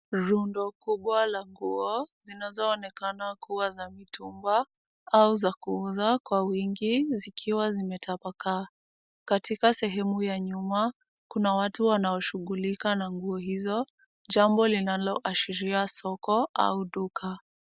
Rundo kubwa la nguo zinazoonekana kuwa za mitumba au za kuuza kwa wingi zikiwa zimetapakaa. Katika sehemu ya nyuma kuna watu wanaoshughulika na nguo hizo jambo linaloashiria soko au duka.